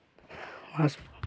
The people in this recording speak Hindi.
वहाँ से